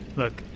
look.